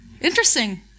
Interesting